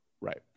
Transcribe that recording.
Right